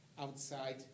outside